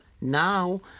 now